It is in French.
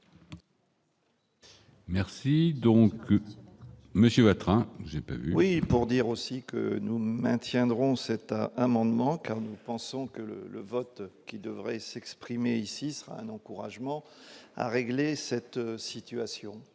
Merci donc Monsieur train j'ai pas. Oui, pour dire aussi que nous maintiendrons cette un un amendement car nous pensons que le le vote qui devrait s'exprimer ici sera un encouragement à régler cette situation